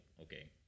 okay